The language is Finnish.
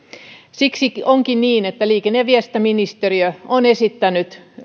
siksi onkin niin että liikenne ja viestintäministeriö on esittänyt